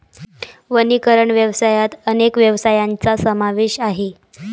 वनीकरण व्यवसायात अनेक व्यवसायांचा समावेश आहे